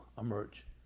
emerge